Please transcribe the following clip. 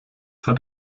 hat